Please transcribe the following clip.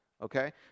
Okay